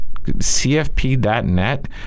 cfp.net